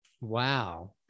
Wow